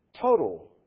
total